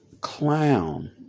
Clown